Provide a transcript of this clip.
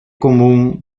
común